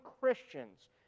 Christians